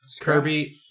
Kirby